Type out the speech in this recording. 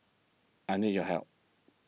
I need your help